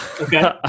Okay